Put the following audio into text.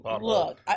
Look